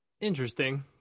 Interesting